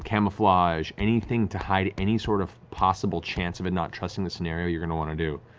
camouflage, anything to hide any sort of possible chance of it not trusting this scenario you're going to want to do,